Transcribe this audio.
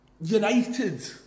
United